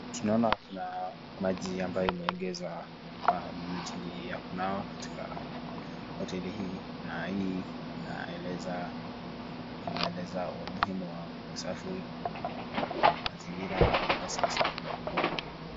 Tunaona kuna maji ambayo imeegezwa kwa minajili ya kunawa katika hoteli hii na hii inaeleza umuhimu wa usafi wa mazingira na hasa usafi wa mikono.